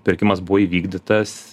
pirkimas buvo įvykdytas